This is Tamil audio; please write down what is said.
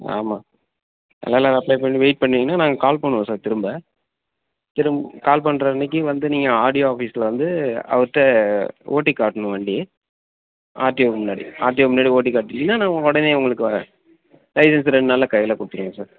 ஆமாம் அதனால அப்ளை பண்ணி வெயிட் பண்ணிங்கன்னால் நாங்கள் கால் பண்ணுவோம் சார் திரும்ப திரும்ப கால் பண்ற அன்றைக்கி வந்து நீங்கள் ஆர்டிஓ ஆஃபிஸில் வந்து அவர்கிட்ட ஓட்டி காட்டணும் வண்டி ஆர்டிஓவுக்கு முன்னாடி ஆர்ட்டிஓவுக்கு முன்னாடி ஓட்டி காட்டிட்டிங்கன்னால் நாங்கள் உடனே உங்களுக்கு வ லைசென்ஸு ரெண்டு நாளில் கையில் கொடுத்துருவோம் சார்